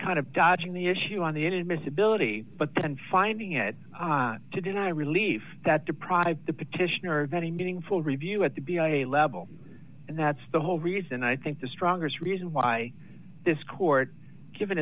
kind of dodging the issue on the in admissibility but then finding it to deny relief that deprive the petitioner any meaningful review at the beyond a level and that's the whole reason i think the strongest reason why this court given